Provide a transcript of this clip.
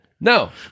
No